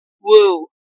woo